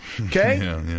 Okay